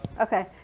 Okay